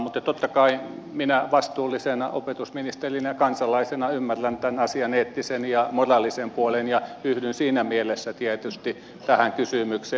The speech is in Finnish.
mutta totta kai minä vastuullisena opetusministerinä kansalaisena ymmärrän tämän asian eettisen ja moraalisen puolen ja yhdyn siinä mielessä tietysti tähän kysymykseen